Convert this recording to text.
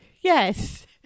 Yes